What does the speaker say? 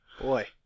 Boy